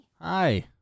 Hi